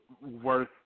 worth